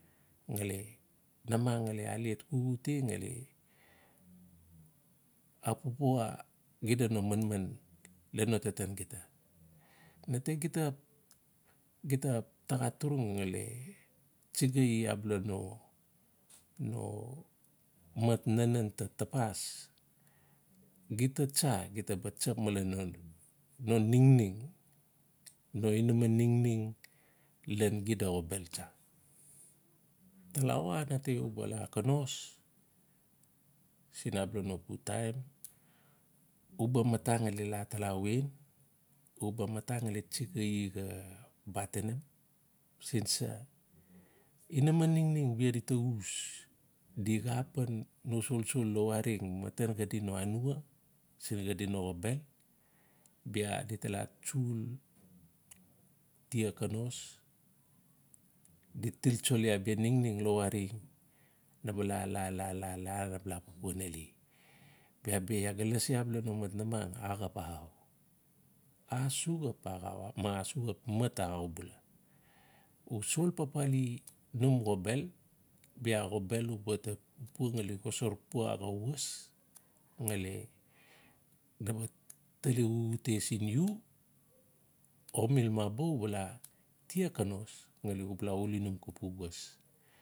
Ngali namang ngali alet xuxute ngali apupua xida no manman lan no taten xida. Na te gita-gita taxa turung ngali tsigai abala no-no mat nanen ta tapas. Gita tsa gita ba tsap malen nan ningning. No inaman ningning ian xida xobel tsa. Talawa nate u la konos siin abala no pu taim. uba mata ngali tsigai xa batenim. siin sa. inaman ningning bia di ta uus; di xaa pan no solsol lawareng maten xadi no anua siin xadi no xobel. Bia di ta la tsul tia konos di tiltsoli abia ningning lawareng naba la pupu nale. Bia bi ia ga lasi abia no mat namang axap axau. Asuk xap axau ma asuk xap mat axau bula. U sol papali num xobel u ba ta pupua ngali xosa pua xaa was ngali naba tali xuxute siin lu. o milmaba u ba la tia konos. Ngali u ba la uuli num xa pu was